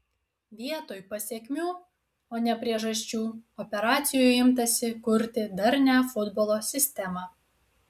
vietoj pasekmių o ne priežasčių operacijų imtasi kurti darnią futbolo sistemą